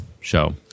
show